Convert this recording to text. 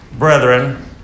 brethren